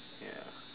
ya